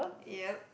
ya